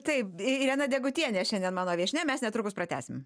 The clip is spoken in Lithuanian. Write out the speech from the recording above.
taip irena degutienė šiandien mano viešnia mes netrukus pratęsim